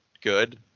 good